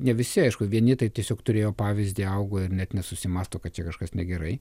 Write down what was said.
ne visi aišku vieni tai tiesiog turėjo pavyzdį augo ir net nesusimąsto kad čia kažkas negerai